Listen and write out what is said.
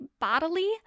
bodily